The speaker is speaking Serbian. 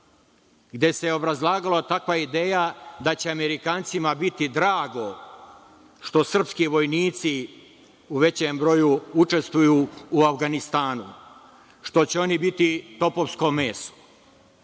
gde se obrazlagala takva ideja da će Amerikancima biti drago što srpski vojnici u većem broju učestvuju u Avganistanu, što će oni biti topovsko meso. Bilo